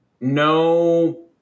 no